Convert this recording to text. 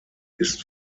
ist